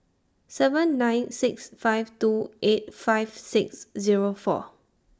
seven nine six five two eight five six Zero four